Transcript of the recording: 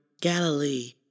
Galilee